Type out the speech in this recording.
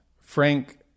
Frank